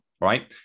right